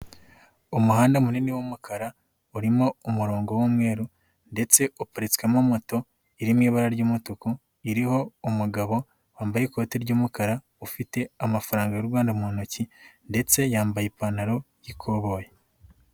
Umuhanda munini w'umukara urimo umurongo w'umweru ndetse uparitswemo moto iri mu ibara ry'umutuku iriho umugabo wambaye ikoti ry'umukara ufite amafaranga y'u Rwanda mu ntoki ndetse yambaye ipantaro y'ikoboyi.